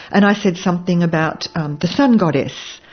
and i said something about the sun goddess,